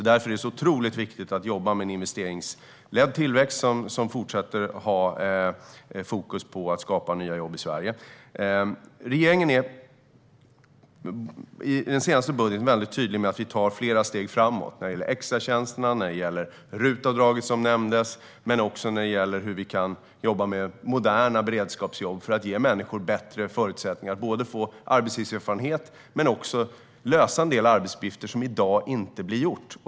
Därför är det så otroligt viktigt att jobba med en investeringsledd tillväxt som fortsätter att ha fokus på att skapa nya jobb i Sverige. Regeringen är i den senaste budgeten väldigt tydlig med att vi tar flera steg framåt när det gäller extratjänsterna och RUT-avdraget, som nämndes, men också när det gäller hur vi kan jobba med moderna beredskapsjobb för att ge människor bättre förutsättningar att få arbetslivserfarenhet och dessutom utföra en del arbetsuppgifter som i dag inte blir gjorda.